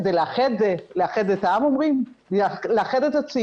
כדי לאחד את העם,